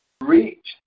reach